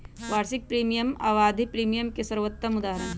वार्षिक प्रीमियम आवधिक प्रीमियम के सर्वोत्तम उदहारण हई